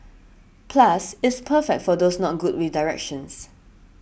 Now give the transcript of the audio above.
plus it's perfect for those not good with directions